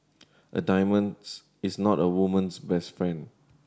a diamonds is not a woman's best friend